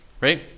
right